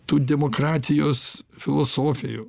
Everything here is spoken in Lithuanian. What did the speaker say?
tų demokratijos filosofijų